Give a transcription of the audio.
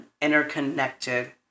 interconnected